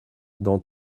dans